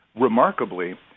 remarkably